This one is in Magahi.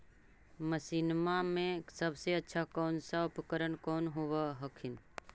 मसिनमा मे सबसे अच्छा कौन सा उपकरण कौन होब हखिन?